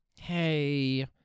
hey